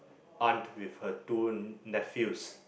aunt with her two nephews